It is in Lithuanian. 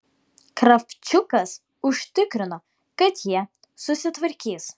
kravčiukas užtikrino kad jie susitvarkys